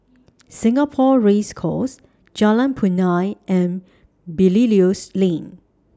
Singapore Race Course Jalan Punai and Belilios Lane